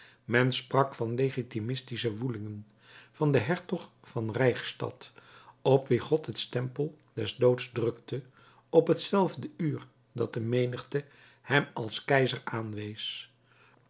men sprak van legitimistische woelingen van den hertog van reichstad op wien god het stempel des doods drukte op hetzelfde uur dat de menigte hem als keizer aanwees